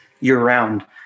year-round